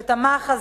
שתמך,